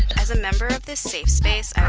as a member of this safe space, i